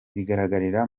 bigaragarira